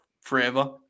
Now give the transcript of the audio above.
forever